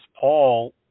Paul